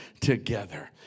together